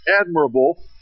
admirable